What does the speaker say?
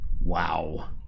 wow